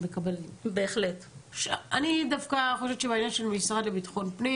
אני דווקא חושבת שזה יכול להישאר במשרד לביטחון פנים.